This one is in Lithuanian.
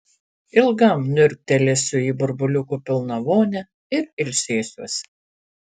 ilgam niurktelėsiu į burbuliukų pilną vonią ir ilsėsiuosi